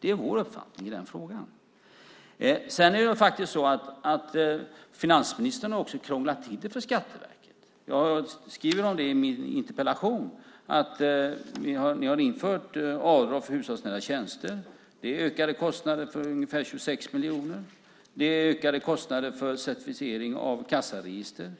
Det är vår uppfattning i den frågan. Finansministern har också krånglat till det för Skatteverket. Jag skriver om det i min interpellation. Ni har infört avdrag för hushållsnära tjänster. Det innebär ökade kostnader med ungefär 26 miljoner. Det är ökade kostnader för certifierng av kassaregister.